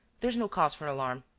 there's no cause for alarm.